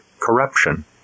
corruption